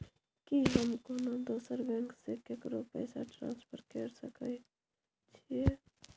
की हम कोनो दोसर बैंक से केकरो पैसा ट्रांसफर कैर सकय छियै?